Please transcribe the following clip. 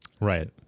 Right